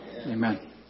amen